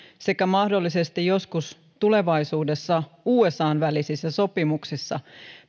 sekä mahdollisesti joskus tulevaisuudessa usan välisissä sopimuksissa